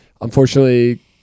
Unfortunately